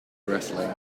wrestling